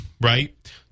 Right